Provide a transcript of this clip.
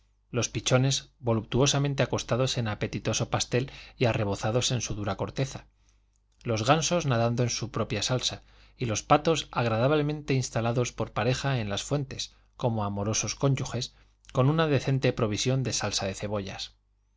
los pichones voluptuosamente acostados en apetitoso pastel y arrebozados en su dorada corteza los gansos nadando en su propia salsa y los patos agradablemente instalados por parejas en las fuentes como amorosos cónyuges con una decente provisión de salsa de cebollas